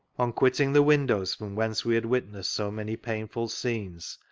on quitting the windows from whence we had witnessed so many painful scenes,